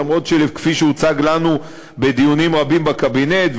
למרות שכפי שהוצג לנו בדיונים רבים בקבינט,